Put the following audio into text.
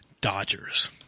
Dodgers